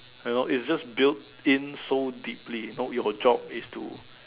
you know it's just built in so deeply know your job is to